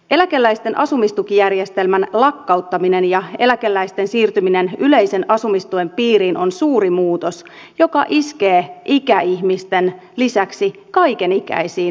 eläkeläisten asumistukijärjestelmän lakkauttaminen ja eläkeläisten siirtyminen yleisen asumistuen piiriin on suuri muutos joka iskee ikäihmisten lisäksi kaiken ikäisiin eläkeläisiin